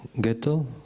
ghetto